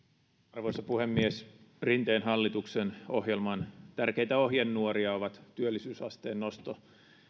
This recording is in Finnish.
arvoisa puhemies rinteen hallituksen ohjelman tärkeitä ohjenuoria ovat työllisyysasteen nosto